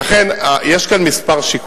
לכן, יש כאן כמה שיקולים.